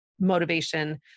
motivation